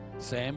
Sam